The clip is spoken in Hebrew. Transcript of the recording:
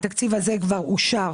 התקציב הזה כבר אושר.